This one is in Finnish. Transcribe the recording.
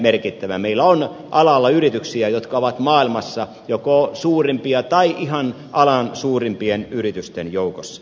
meillä on alalla yrityksiä jotka ovat maailmassa joko suurimpia tai ihan alan suurimpien yritysten joukossa